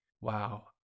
wow